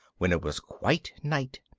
when it was quite night,